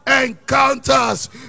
encounters